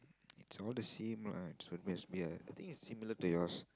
it's all the same lah so must be a I think it's similar to yours